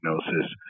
diagnosis